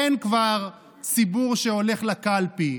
אין כבר ציבור שהולך לקלפי.